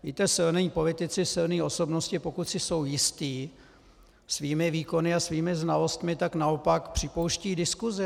Víte, silní politici, silné osobnosti, pokud si jsou jistí svými výkony a svými znalostmi, tak naopak připouštějí diskusi.